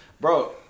bro